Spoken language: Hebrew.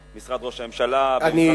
במשרד ראש הממשלה, במשרד המשפטים.